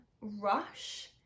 rush